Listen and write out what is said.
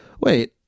wait